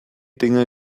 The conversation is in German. dinge